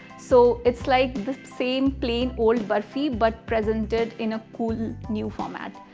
so it's like the same plane all burfi but presented in a cool new format.